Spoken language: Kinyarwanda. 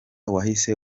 wahise